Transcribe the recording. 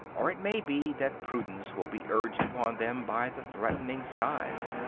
or it may be that prudence will be urged upon them by the threatening skies.